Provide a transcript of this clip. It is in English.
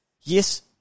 yes